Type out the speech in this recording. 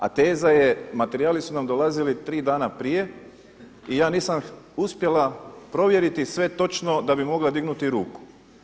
A teza je, materijali su nam dolazili tri dana prije i ja nisam uspjela provjeriti sve točno da bi mogla dignuti ruku.